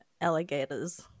alligators